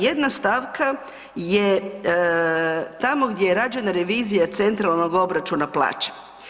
Jedna stavka je tamo gdje je rađena revizija Centralnog obračuna plaća.